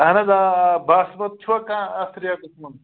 اَہَن حظ آ آ باسمَت چھُوا کانٛہہ اَتھ ریٹَس مَنٛز